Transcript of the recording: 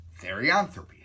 Therianthropy